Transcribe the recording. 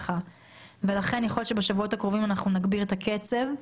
לכן יכול להיות שבשבועות הקרובים נגביר את הקצב.